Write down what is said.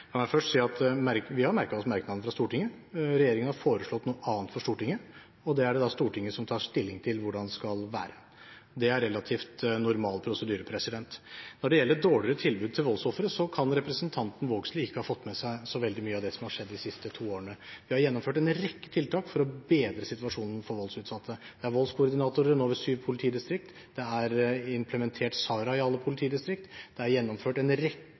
La meg først si at vi har merket oss merknaden fra Stortinget. Regjeringen har foreslått noe annet for Stortinget, og det er det da Stortinget som tar stilling til hvordan skal være. Det er relativt normal prosedyre. Når det gjelder dårligere tilbud til voldsofre, kan representanten Vågslid ikke ha fått med seg så veldig mye av det som har skjedd de siste to årene. Vi har gjennomført en rekke tiltak for å bedre situasjonen for voldsutsatte. Det er nå voldskoordinatorer ved sju politidistrikter, det er implementert SARA i alle politidistrikter, det er gjennomført en rekke